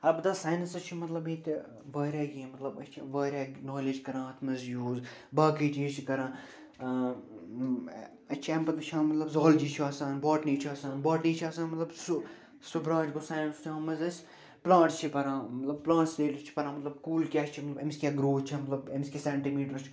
البتہ ساینسَس چھُ مطلب ییٚتہِ وارِیاہ کیٚنٛہہ مطلب أسۍ چھِ وارِیاہ نالیج کَران اَتھ منٛز یوٗز باقٕے چیٖز چھِ کَران أسۍ چھِ اَمہِ پتہٕ وٕچھان مطلب زالجی چھُ آسان باٹنی چھُ آسان باٹنی چھُ آسان مطلب سُہ سُہ برٛانٛچ گوٚو ساینسُک منٛز أسۍ پٕلانٛٹٕس چھِ پران مطلب پٕلانٛٹٕس رِلیٹڈ چھِ پَران مطلب کُلۍ کیٛاہ چھِ أمِس کیٛاہ گرٛوتھ چھےٚ مطلب أمِس کیٛاہ سٮ۪نٹِمیٖٹر چھُ